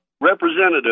representative